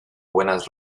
buenas